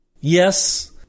Yes